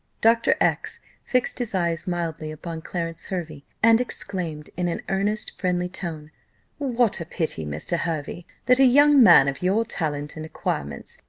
doctor x fixed his eyes mildly upon clarence hervey, and exclaimed in an earnest friendly tone what a pity, mr. hervey, that a young man of your talents and acquirements,